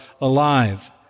alive